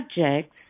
subjects